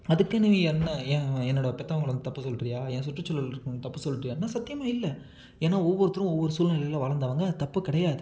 அதுக்குன்னு நீங்கள் என்னை ஏ என்னோட பெத்தவங்களை வந்து தப்பு சொல்றியா என் சுற்றுச்சூழல்ல இருக்குறவங்கள் தப்பு சொல்றியான்னா சத்தியமாக இல்லை ஏன்னா ஒவ்வொருத்தவரும் ஒவ்வொரு சூழ்நிலையில வளர்ந்தவங்க அது தப்பு கிடையாது